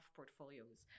portfolios